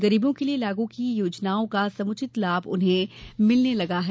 गरीबों के लिये लागू की योजनाओं का समुचित लाभ उन्हें मिलने लगा है